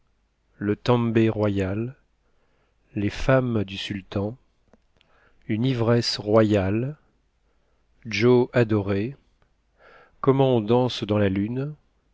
le tembé royal les femmes du sultan une ivresse royale joe adoré comment on danse dans la lune